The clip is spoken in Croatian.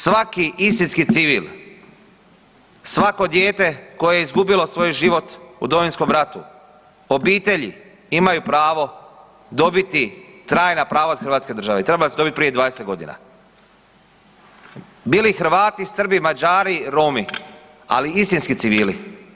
Svaki istinski civil, svako dijete koje je izgubilo svoj život u Domovinskom ratu, obitelji imaju pravo dobiti trajna prava od hrvatske države i trebale su dobiti prije 20 godina bili Hrvati, Srbim, Mađari, Romi, ali istinski civili.